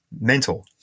mental